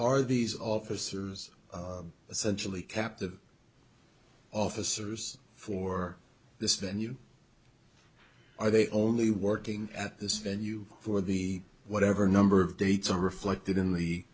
are these officers essentially captive officers for this venue are they only working at this venue for the whatever number of dates and reflected in the